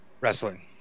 wrestling